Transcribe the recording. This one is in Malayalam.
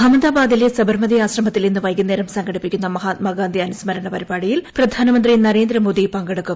അഹമ്മദാബാദിലെ സബർമതി ആശ്രമത്തിൽ ഇന്ന് വൈകുന്നേരം സംഘടിപ്പിക്കുന്ന മഹാത്മാഗാന്ധി അനുസ്മരങ്ങ് പരിപാടിയിൽ പ്രധാനമന്ത്രി നരേന്ദ്രമോദി പങ്കെടുക്കും